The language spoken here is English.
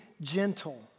gentle